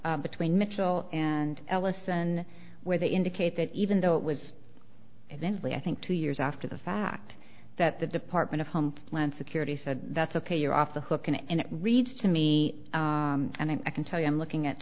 between mitchell and ellison where they indicate that even though it was eventually i think two years after the fact that the department of homeland security said that's ok you're off the hook and it reads to me and i can tell you i'm looking